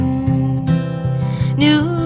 New